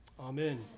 Amen